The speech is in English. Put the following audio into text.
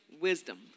wisdom